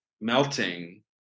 melting